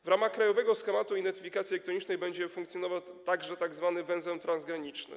W ramach krajowego schematu identyfikacji elektronicznej będzie funkcjonował także tzw. węzeł transgraniczny.